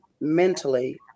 mentally